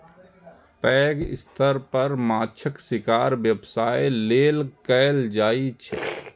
पैघ स्तर पर माछक शिकार व्यवसाय लेल कैल जाइ छै